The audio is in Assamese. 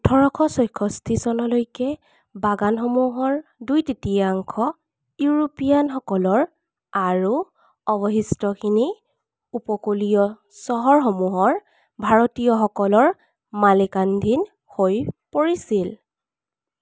ওঠৰশ ছয়ষষ্ঠি চনলৈকে বাগানসমূহৰ দুই তৃতীয়াংশ ইউৰোপীয়ানসকলৰ আৰু অৱশিষ্টখিনি উপকূলীয় চহৰসমূহৰ ভাৰতীয়সকলৰ মালিকানধীন হৈ পৰিছিল